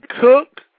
cook